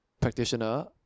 practitioner